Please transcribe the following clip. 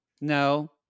no